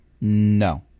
No